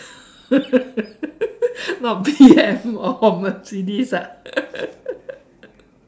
not B_M or Mercedes ah